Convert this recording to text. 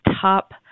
top